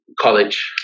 college